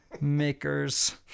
makers